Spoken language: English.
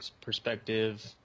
perspective